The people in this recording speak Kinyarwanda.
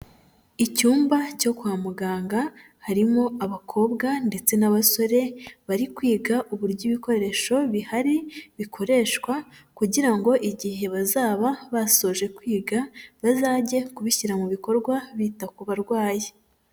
Icyumba cyo kwa muganga harimo abakobwa ndetse n'abasore bari kwiga uburyo ibikoresho bihari bikoreshwa kugira ngo igihe bazaba basoje kwiga bazajye kubishyira mu bikorwa bita ku barwayi.